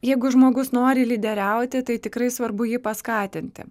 jeigu žmogus nori lyderiauti tai tikrai svarbu jį paskatinti